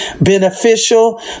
Beneficial